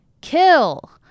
Kill